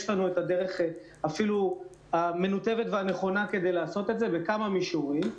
יש לנו הדרך המנותבת והנכונה כדי לעשות את זה בכמה מישורים.